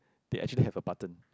they actually have a button